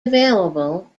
available